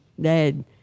dad